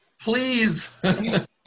Please